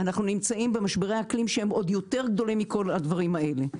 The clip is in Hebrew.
אנחנו נמצאים במשברי אקלים שהם עוד יותר גדולים מכל הדברים האלה,